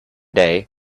day